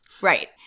Right